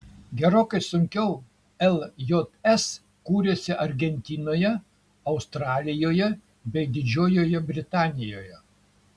gerokai sunkiau ljs kūrėsi argentinoje australijoje bei didžiojoje britanijoje